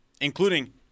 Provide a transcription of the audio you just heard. Including